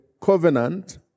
covenant